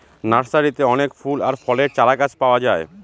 নার্সারিতে অনেক ফুল আর ফলের চারাগাছ পাওয়া যায়